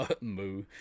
moo